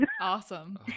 Awesome